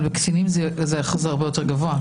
אבל בקטינים זה הרבה יותר גבוה,